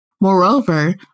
Moreover